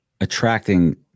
Attracting